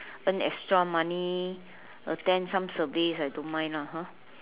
earn extra money attend some surveys I don't mind lah !huh!